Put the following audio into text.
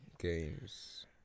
games